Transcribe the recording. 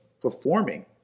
performing